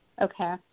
Okay